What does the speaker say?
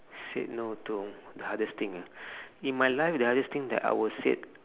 said no to the hardest thing ah in my life the hardest thing that I was said